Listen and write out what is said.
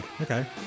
Okay